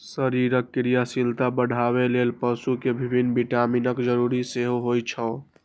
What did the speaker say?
शरीरक क्रियाशीलता बढ़ाबै लेल पशु कें विभिन्न विटामिनक जरूरत सेहो होइ छै